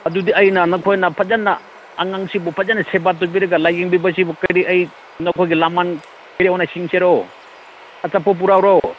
ꯑꯗꯨꯗꯤ ꯑꯩꯅ ꯅꯈꯣꯏꯅ ꯐꯖꯅ ꯑꯉꯥꯡꯁꯤꯕꯨ ꯐꯖꯅ ꯁꯦꯕꯥ ꯇꯧꯕꯤꯔꯒ ꯂꯥꯏꯌꯦꯡꯕꯁꯤꯕꯨ ꯀꯔꯤ ꯑꯩ ꯅꯈꯣꯏꯒꯤ ꯂꯃꯟ ꯀꯩꯅꯣꯅ ꯁꯤꯡꯁꯤꯔꯣ ꯑꯆꯥꯄꯣꯠ ꯄꯨꯔꯛꯎꯔꯣ